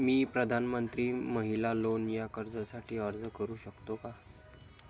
मी प्रधानमंत्री महिला लोन या कर्जासाठी अर्ज करू शकतो का?